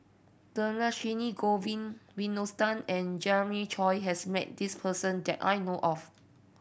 Dhershini Govin and Jeremiah Choy has met this person that I know of